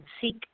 seek